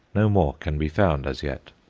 no more can be found as yet.